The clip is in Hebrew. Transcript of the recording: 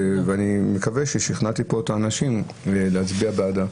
ואני מקווה ששכנעת פה את האנשים להצביע בעדה.